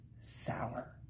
sour